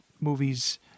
movies